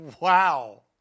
Wow